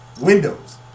windows